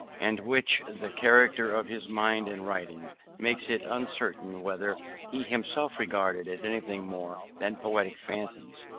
and which the character of his mind and writings makes it uncertain whether he himself regarded as anything more than poetic fancies,